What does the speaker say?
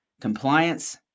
compliance